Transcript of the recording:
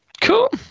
Cool